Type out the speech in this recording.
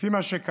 לפי מה שכתוב,